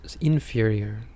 inferior